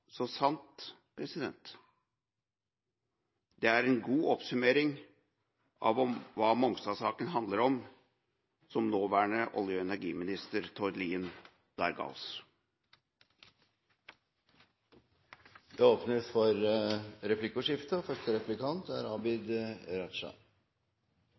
Så sant, så sant. Det er en god oppsummering av hva Mongstad-saka handler om, det som nåværende olje- og energiminister Tord Lien der ga oss. Det åpnes for replikkordskifte.